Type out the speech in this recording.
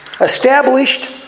established